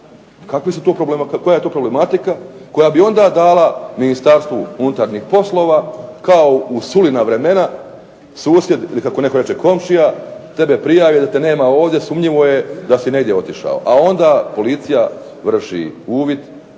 Koja je to problematika koja bi onda dala Ministarstvu unutarnjih poslova kao u Sulina vremena susjed ili kako netko reče komšija, tebe prijavi da te nema ovdje, sumnjivo je, da si negdje otišao, a onda policija vrši uvid